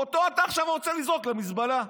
אותו אתה עכשיו רוצה לזרוק למזבלה.